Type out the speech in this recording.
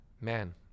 man